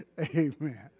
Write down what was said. amen